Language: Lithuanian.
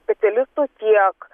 specialistų tiek